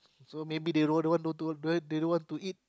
so maybe they don't want to do but they want to eat